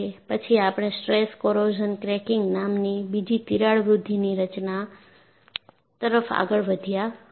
પછી આપણે stress corrosion cracking નામની બીજી તિરાડ વૃદ્ધિની રચના તરફ આગળ વધ્યા હતા